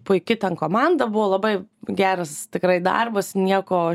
puiki ten komanda buvo labai geras tikrai darbas nieko